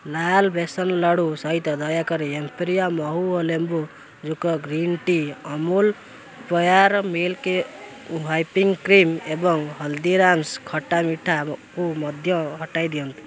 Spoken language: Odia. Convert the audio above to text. ଲାଲ୍ ବେସନ୍ ଲଡ଼ୁ ସହିତ ଦୟାକରି ଇମ୍ପେରିଆଲ୍ ମହୁ ଓ ଲେମ୍ବୁ Yug green tea Amul pure milk whipping cream ଏବଂ ହଳଦୀରାମ୍ସ୍ ଖଟା ମିଠାକୁ ମଧ୍ୟ ହଟାଇଦିଅନ୍ତୁ